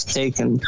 taken